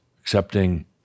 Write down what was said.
accepting